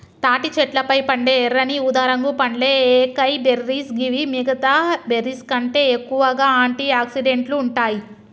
తాటి చెట్లపై పండే ఎర్రని ఊదారంగు పండ్లే ఏకైబెర్రీస్ గివి మిగితా బెర్రీస్కంటే ఎక్కువగా ఆంటి ఆక్సిడెంట్లు ఉంటాయి